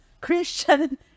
Christian